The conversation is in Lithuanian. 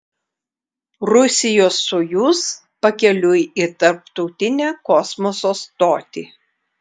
rusijos sojuz pakeliui į tarptautinę kosmoso stotį